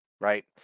Right